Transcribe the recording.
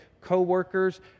co-workers